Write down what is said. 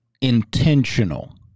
intentional